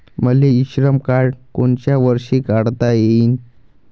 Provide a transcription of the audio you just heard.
मले इ श्रम कार्ड कोनच्या वर्षी काढता येईन?